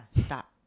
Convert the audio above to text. stop